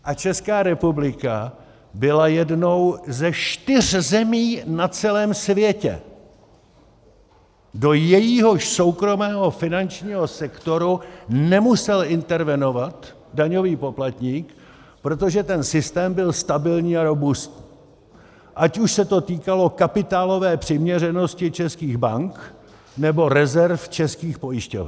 A Česká republika byla jednou ze čtyř zemí na celém světě, do jejíhož soukromého finančního sektoru nemusel intervenovat daňový poplatník, protože ten systém byl stabilní a robustní, ať už se to týkalo kapitálové přiměřenosti českých bank, nebo rezerv českých pojišťoven.